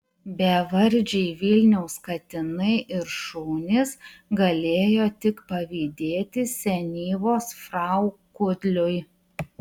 bevardžiai vilniaus katinai ir šunys galėjo tik pavydėti senyvos frau kudliui